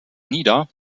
nieder